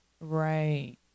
Right